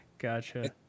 Gotcha